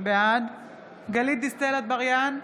בעד גלית דיסטל אטבריאן,